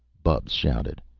bubs shouted.